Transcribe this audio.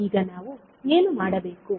ಈಗ ನಾವು ಏನು ಮಾಡಬೇಕು